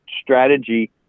strategy